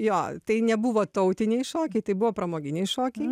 jo tai nebuvo tautiniai šokiai tai buvo pramoginiai šokiai